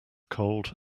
cold